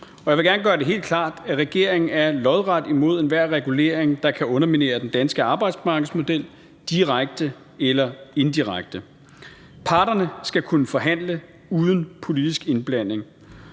jeg vil gerne gøre det helt klart, at regeringen er lodret imod enhver regulering, der kan underminere den danske arbejdsmarkedsmodel direkte eller indirekte. Parterne skal kunne forhandle uden politisk indblanding.